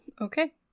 Okay